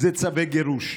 צווי גירוש.